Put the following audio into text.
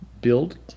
build